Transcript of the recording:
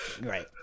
right